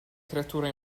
creatura